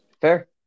Fair